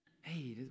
Hey